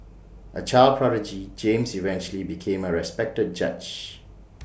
A child prodigy James eventually became A respected judge